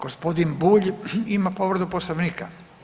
Gospodin Bulj ima povredu Poslovnika.